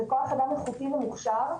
וכוח אדם איכותי ומוכשר.